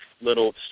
little